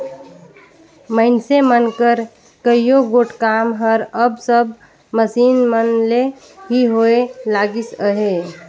मइनसे मन कर कइयो गोट काम हर अब सब मसीन मन ले ही होए लगिस अहे